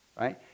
right